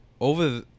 over